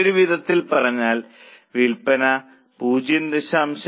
മറ്റൊരു വിധത്തിൽ പറഞ്ഞാൽ വിൽപ്പന 0